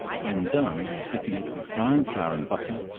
when done, thicken it with brown flour and butter,